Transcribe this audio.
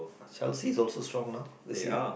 Chelsea is also strong now this year